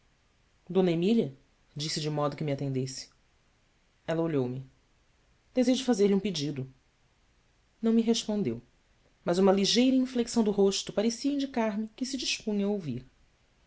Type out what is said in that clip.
d emília disse de modo que me atendesse ela olhou-me esejo fazer-lhe um pedido não me respondeu mas uma ligeira inflexão do rosto parecia indicar me que se dispunha a ouvir